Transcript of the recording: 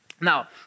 Now